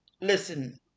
listen